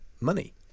money